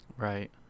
right